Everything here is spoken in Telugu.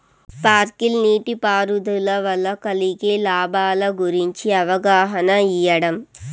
స్పార్కిల్ నీటిపారుదల వల్ల కలిగే లాభాల గురించి అవగాహన ఇయ్యడం?